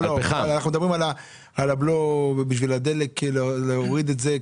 אנחנו מדברים על הבלו בשביל הדלק, להוריד את זה.